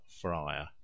Fryer